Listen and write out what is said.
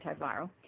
antiviral